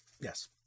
Yes